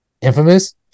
Infamous